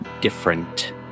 different